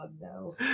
no